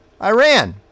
Iran